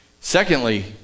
Secondly